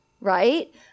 right